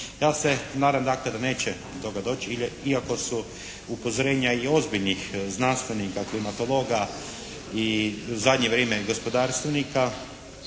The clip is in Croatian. Ja se nadam dakle da neće do toga doći iako su upozorenja i ozbiljnih znanstvenika, klimatologa i zadnje vrijeme gospodarstvenika